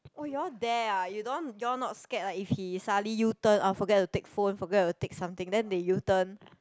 oh you all dare ah you don't you all not scared like if he suddenly U turn oh forget to take phone forget to take something then they U turn